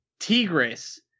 Tigris